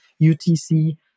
UTC